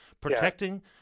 Protecting